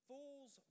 Fools